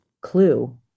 Clue